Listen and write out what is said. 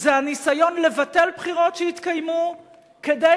זה הניסיון לבטל בחירות שהתקיימו כדי